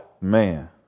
Man